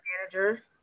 manager